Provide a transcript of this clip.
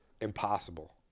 impossible